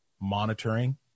monitoring